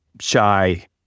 shy